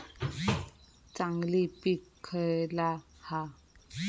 चांगली पीक खयला हा?